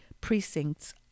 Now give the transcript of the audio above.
precincts